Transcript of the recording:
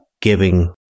giving